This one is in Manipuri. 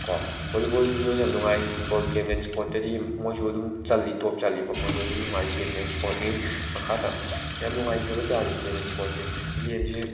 ꯀꯣ ꯕꯣꯜꯂꯤꯕꯣꯜꯁꯤꯁꯨ ꯌꯥꯝ ꯅꯨꯡꯉꯥꯏ ꯐꯨꯠꯕꯣꯜ ꯒꯦꯝ ꯑꯦꯟ ꯏꯁꯄꯣꯔꯠꯇꯗꯤ ꯃꯣꯏꯁꯨ ꯑꯗꯨꯝ ꯆꯜꯂꯤ ꯇꯣꯞ ꯆꯜꯂꯤꯀꯣ ꯃꯣꯏꯁꯨ ꯑꯗꯨꯝ ꯅꯨꯡꯉꯥꯏꯕ ꯒꯦꯝ ꯑꯦꯟ ꯏꯁꯄꯣꯔꯠꯅꯤ ꯃꯈꯥꯗ ꯌꯥꯝ ꯅꯨꯡꯉꯥꯏꯈ꯭ꯔꯕ ꯖꯥꯠꯅꯤ ꯒꯦꯝ ꯑꯦꯟ ꯏꯁꯄꯣꯔꯠꯁꯤ ꯒꯦꯝꯁꯤ